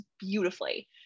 beautifully